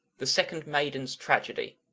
the second maiden's tragedy